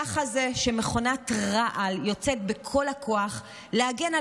ככה זה כשמכונת רעל יוצאת בכל הכוח להגן על